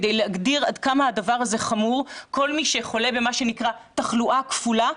כדי להגדיר עד כמה הדבר הזה חמור כל מי שחולה במה שנקרא תחלואה כפולה,